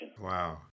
Wow